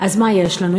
מה יש לנו?